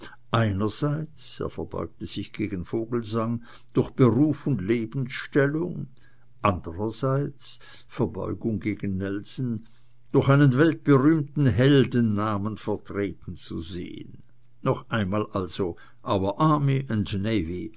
einerseits er verbeugte sich gegen vogelsang durch beruf und lebensstellung andererseits verbeugung gegen nelson durch einen weltberühmten heldennamen vertreten zu sehen noch einmal also our army